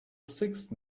sixth